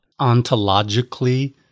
Ontologically